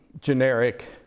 generic